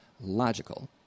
logical